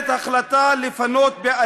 שהן באמת נפגעות וסובלות,